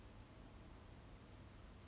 they had like a private account